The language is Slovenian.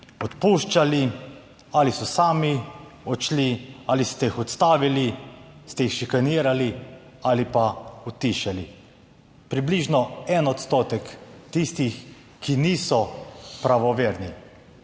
odpuščali ali so sami odšli ali ste jih odstavili, ste jih šikanirali ali pa utišali? Približno 1 odstotek tistih, ki niso pravoverni.